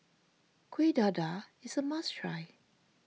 Kueh Dadar is a must try